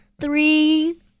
Three